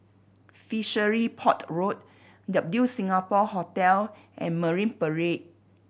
Fishery Port Road W Singapore Hotel and Marine Parade